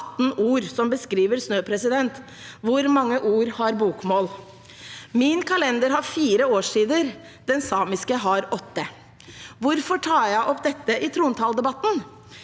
318 ord som beskriver snø. Hvor mange ord har bokmål? Min kalender har fire årstider. Den samiske har åtte. Hvorfor tar jeg opp dette i trontaledebatten?